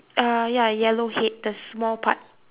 uh ya yellow head the small part